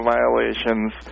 Violations